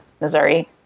Missouri